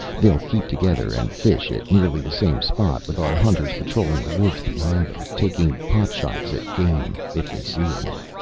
they'll keep together and fish at nearly the same spot, with our hunters patrolling the woods behind them, taking pot-shots at game, if they see any.